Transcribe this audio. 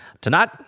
tonight